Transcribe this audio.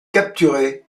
capturer